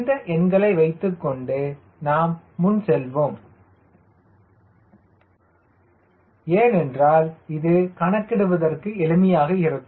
இந்த எண்களை வைத்துக் கொண்டு நாம் முன் செல்வோம் ஏனென்றால் இது கணக்கிடுவதற்கு எளிமையாக இருக்கும்